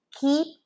Keep